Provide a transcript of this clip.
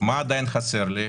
מה עדיין חסר לי?